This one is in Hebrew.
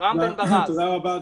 תודה רבה,